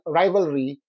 rivalry